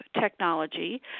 technology